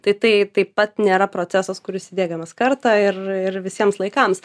tai tai taip pat nėra procesas kuris įdiegiamas kartą ir ir visiems laikams